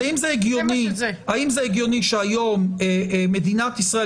אז האם זה הגיוני שהיום מדינת ישראל,